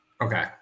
okay